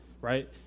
right